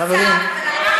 חבר הכנסת גואטה.